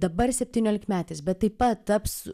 dabar septyniolikmetis bet taip pat taps